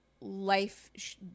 life